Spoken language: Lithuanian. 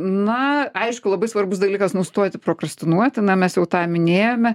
na aišku labai svarbus dalykas nustoti prokrastinuoti na mes jau minėjome